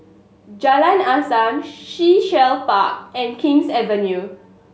Jalan Azam Sea Shell Park and King's Avenue